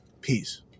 peace